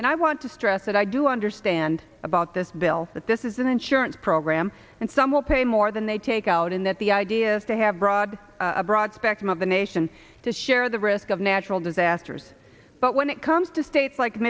and i want to stress that i do understand about this bill that this is an insurance program and some will pay more than they take out in that the idea is to have broad a broad spectrum of the nation to share the risk of natural disasters but when it comes to states like